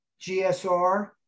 GSR